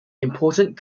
important